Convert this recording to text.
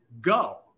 go